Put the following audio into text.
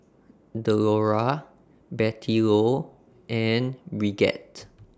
Delora Bettylou and Brigette